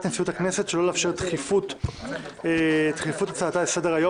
נשיאות הכנסת שלא לאשר דחיפות הצעתה לסדר היום